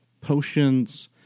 potions